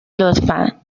لطفا